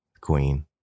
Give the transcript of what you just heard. queen